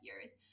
years